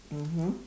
mmhmm